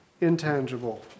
intangible